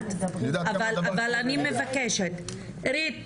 אבל אני מבקשת, אירית,